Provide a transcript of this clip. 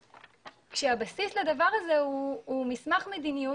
כשהבסיס לדבר הזה הוא מסמך מדייניות